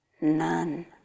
None